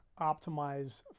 optimize